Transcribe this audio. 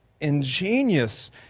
ingenious